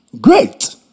Great